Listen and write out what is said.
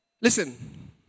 Listen